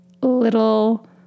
little